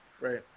right